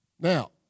Now